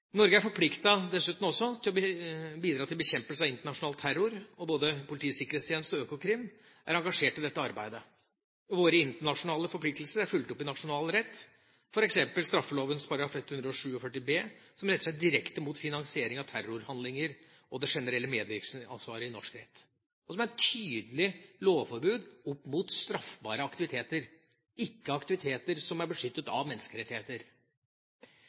Norge er dessuten forpliktet til å bidra til bekjempelse av internasjonal terror, og både Politiets sikkerhetstjeneste og Økokrim er engasjert i dette arbeidet. Våre internasjonale forpliktelser er fulgt opp i nasjonal rett, f.eks. straffeloven § 147b, som retter seg direkte mot finansiering av terrorhandlinger og det generelle medvirkningsansvaret i norsk rett, og som er et tydelig lovforbud opp mot straffbare aktiviteter, ikke aktiviteter som er beskyttet av menneskerettigheter.